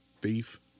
Thief